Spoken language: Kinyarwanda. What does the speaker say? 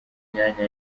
myanya